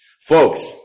folks